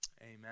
amen